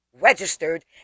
registered